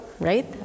right